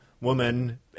woman